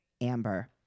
Amber